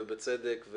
ובצדק.